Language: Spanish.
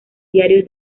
diario